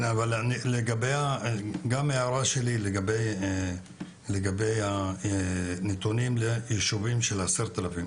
יש לי גם הערה לגבי הנתונים לגבי היחס ל-10,000 תושבים,